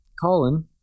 Colin